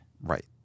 right